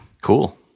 cool